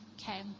okay